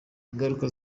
ingaruka